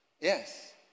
Yes